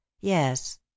Yes